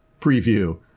Preview